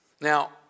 Now